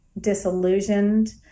disillusioned